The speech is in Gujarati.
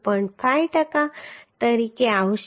5 ટકા તરીકે આવશે